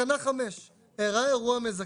תקנה 5. "אירע אירוע מזכה